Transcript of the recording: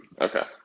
okay